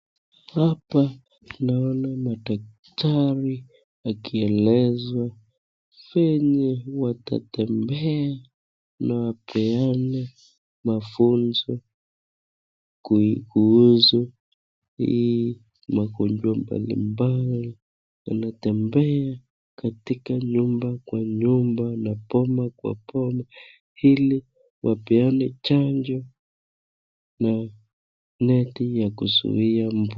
Hapa naona madaktari wakielezea venye watatembea na wapeane mafunzo kuhusu magonjwa mbalimbali. Wanatembea katika nyumba kwa nyumba na boma kwa boma hili wapeane chanjo na neti ya kuzuia mbu.